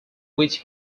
which